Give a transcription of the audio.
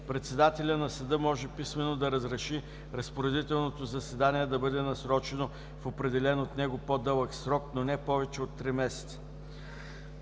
председателят на съда може писмено да разреши разпоредителното заседание да бъде насрочено в определен от него по-дълъг срок, но не повече от три месеца;